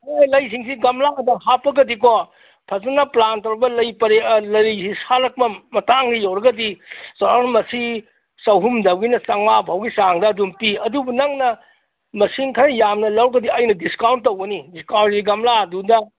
ꯍꯣꯏ ꯂꯩꯁꯤꯡꯁꯤ ꯒꯝꯂꯥꯗ ꯍꯥꯞꯄꯒꯗꯤꯀꯣ ꯐꯖꯅ ꯄ꯭ꯂꯥꯟ ꯇꯧꯔꯕ ꯂꯩ ꯄꯔꯦꯡ ꯂꯩꯁꯤ ꯁꯥꯠꯂꯛꯄ ꯃꯇꯥꯡꯒ ꯌꯧꯔꯒꯗꯤ ꯆꯥꯎꯔꯥꯛꯅ ꯃꯁꯤ ꯆꯍꯨꯝꯗꯒꯤꯅ ꯆꯥꯝꯉꯥ ꯐꯥꯎꯒꯤ ꯆꯥꯡꯗ ꯑꯗꯨꯝ ꯄꯤ ꯑꯗꯨꯕꯨ ꯅꯪꯅ ꯃꯁꯤꯡ ꯈꯔ ꯌꯥꯝꯅ ꯂꯧꯔꯒꯗꯤ ꯑꯩꯅ ꯗꯤꯁꯀꯥꯎꯟ ꯇꯧꯒꯅꯤ ꯗꯤꯁꯀꯥꯎꯟꯗꯤ ꯒꯝꯂꯥꯗꯨꯗ